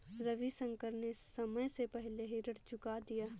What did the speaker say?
रविशंकर ने समय से पहले ही ऋण चुका दिया